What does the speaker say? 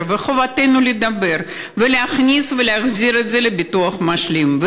וחובתנו לדבר ולהכניס ולהחזיר את זה לביטוח משלים.